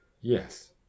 yes